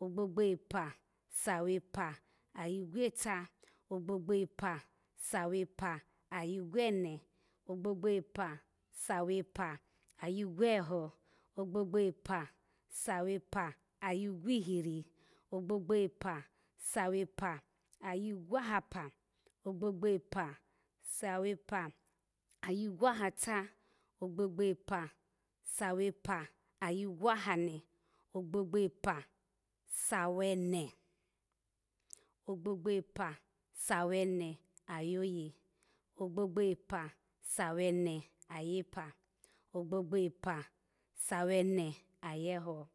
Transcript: ogbogbo epa sa wepa ayigwota, ogbogbo epa sa wepa ayigwone, ogbogbo epa sa wepa ayigwohe, ogbogbo epa sa wepa ayigwohuri, ogbogbo epa sa wepa ayigwo hapa, ogbogbo epa sa wepa ayigwo hata, ogbogbo epa sa wepa ayigwo hane, ogbogbo epa sa wene, ogbogbo epa sa wene ayoye, ogbogbo epa sa wene ayepa, ogbogbo epa sa wene ayeho